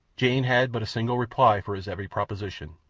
jane had but a single reply for his every proposition,